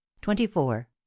Twenty-four